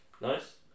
nice